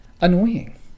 annoying